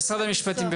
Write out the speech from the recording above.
משרד המשפטים.